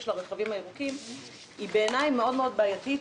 הרכבים הירוקים הוא בעיניי מאוד מאוד בעייתי.